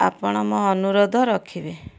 ଆପଣ ମୋ ଅନୁରୋଧ ରଖିବେ